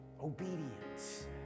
Obedience